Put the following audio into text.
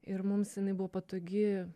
ir mums jinai buvo patogi